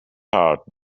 heart